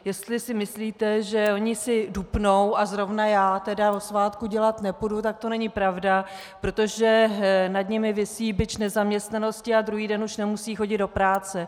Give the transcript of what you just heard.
Jestli si myslíte, že oni si dupnou, a zrovna já tedy o svátku dělat nepůjdu, tak to není pravda, protože nad nimi visí bič nezaměstnanosti a druhý den už nemusí chodit do práce.